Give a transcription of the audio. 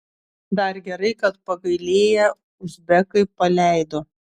dar gerai kad pagailėję uzbekai paleido